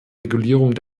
regulierung